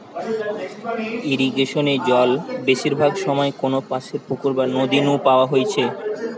ইরিগেশনে জল বেশিরভাগ সময় কোনপাশের পুকুর বা নদী নু ন্যাওয়া হইতেছে